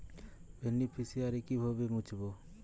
Beneficiary কিভাবে মুছব?